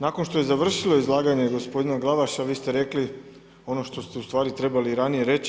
Nakon što je izvršilo izlaganje gospodina Glavaša, vi ste rekli ono što ste u stvari trebali i ranije reći.